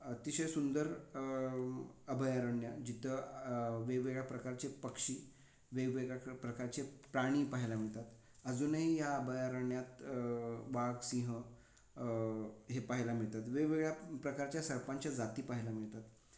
अतिशय सुंदर अभयारण्य जिथं वेगवेगळ्या प्रकारचे पक्षी वेगवगेळ्या क प्रकारचे प्राणी पाहायला मिळतात अजूनही या अभयारण्यात वाघ सिंह हे पाहायला मिळतात वेगवेगळ्या प्रकारच्या सर्पांच्या जाती पहायला मिळतात